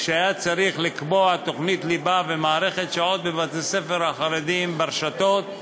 כשהיה צריך לקבוע תוכנית ליבה ומערכת שעות בבתי-הספר החרדיים ברשתות,